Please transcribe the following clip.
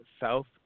South